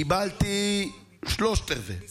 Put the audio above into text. קיבלתי שלושת רבעי,